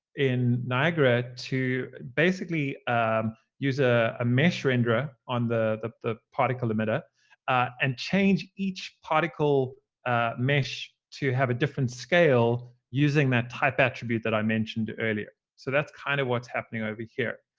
in niagara to basically use a ah mesh renderer on the the particle emitter and change each particle mesh to have a different scale using that type attribute that i mentioned earlier. so that's kind of what's happening over here.